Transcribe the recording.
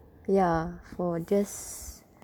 ya for just